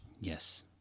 Yes